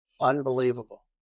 Unbelievable